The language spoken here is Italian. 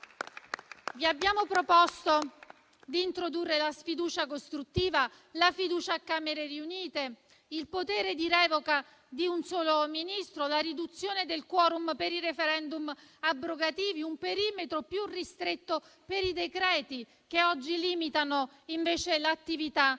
Vi abbiamo proposto di introdurre la sfiducia costruttiva, la fiducia a Camere riunite, il potere di revoca di un solo Ministro, la riduzione del *quorum* per i *referendum* abrogativi e un perimetro più ristretto per i decreti che oggi limitano invece l'attività del